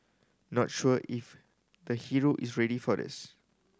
not sure if the hero is ready for this